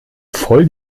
voll